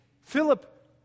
Philip